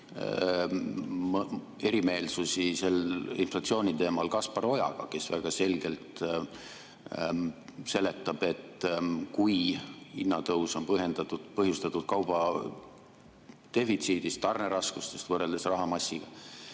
erimeelsusi inflatsiooni teemal Kaspar Ojaga, kes väga selgelt seletab, et kui hinnatõus on põhjustatud kauba defitsiidist ja tarneraskustest võrreldes rahamassiga,